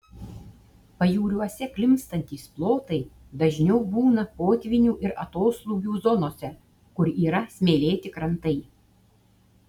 pajūriuose klimpstantys plotai dažniau būna potvynių ir atoslūgių zonose kur yra smėlėti krantai